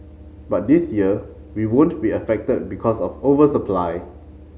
but this year we won't be affected because of over supply